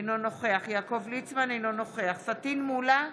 אינו נוכח יעקב ליצמן, אינו נוכח פטין מולא,